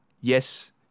Yes